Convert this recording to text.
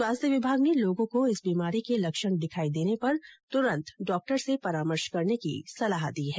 स्वास्थ्य विभाग ने लोगों को इस बीमारी के लक्षण दिखाई देने पर तुरंत डॉक्टर से परामर्श करने की सलाह दी है